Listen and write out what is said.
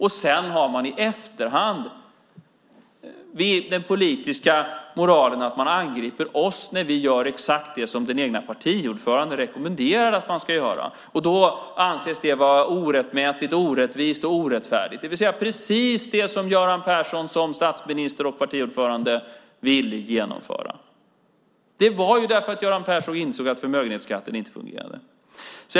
I efterhand har man sedan den politiska moralen att man angriper oss när vi gör exakt det som den egna partiordföranden rekommenderade att man ska göra. Då anses det vara orättmätigt, orättvist och orättfärdigt trots att det är precis det som Göran Persson som statsminister och partiordförande ville genomföra. Det berodde på att Göran Persson insåg att förmögenhetsskatten inte fungerade.